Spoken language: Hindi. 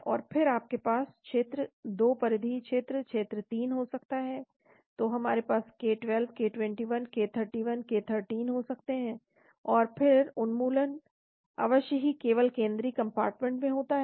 और फिर आपके पास क्षेत्र 2 परिधीय क्षेत्र क्षेत्र 3 हो सकता है तो हमारे पास k12 k21 k31 k13 हो सकते हैं और फिर उन्मूलन अवश्य ही केवल केंद्रीय कंपार्टमेंट में होता है